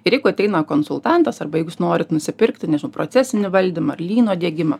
ir jeigu ateina konsultantas arba jeigu jis norit nusipirkti nežinau procesinį valdymą ar lyno diegimą